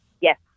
Yes